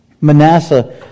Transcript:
Manasseh